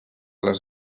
les